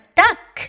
duck